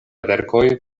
verkoj